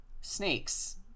snakes